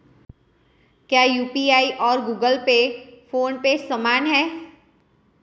क्या यू.पी.आई और Google Pay PhonePe समान हैं?